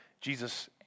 Jesus